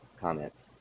comments